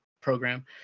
program